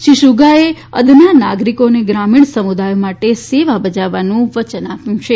શ્રી સુગાએ અદના નાગરિકો અને ગ્રામીણ સમુદાય માટે સેવા બજાવવાનું વચન આપ્યું છે